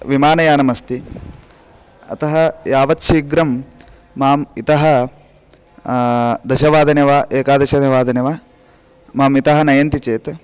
विमानयानमस्ति अतः यावत् शीघ्रं माम् इतः दशवादने वा एकादशवादने वा माम् इतः नयन्ति चेत्